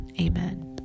Amen